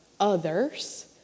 others